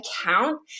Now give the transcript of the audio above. account